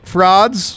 Frauds